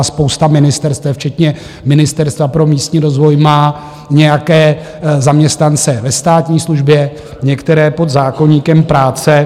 Spousta ministerstev včetně Ministerstva pro místní rozvoj má nějaké zaměstnance ve státní službě, některé pod zákoníkem práce.